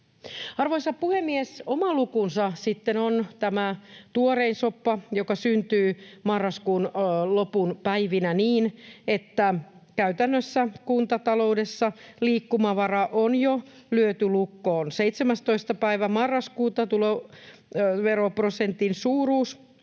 Arvoisa puhemies! Oma lukunsa sitten on tämä tuorein soppa, joka syntyi marraskuun lopun päivinä niin, että käytännössä kuntataloudessa liikkumavara oli jo lyöty lukkoon. 17. päivä marraskuuta tuloveroprosentin suuruus